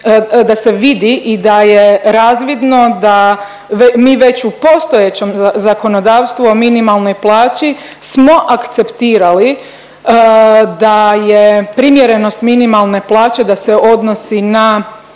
da se vidi i da je razvidno da mi već u postojećem zakonodavstvu o minimalnoj plaći smo akceptirali da je primjerenost minimalne plaće da se odnosi na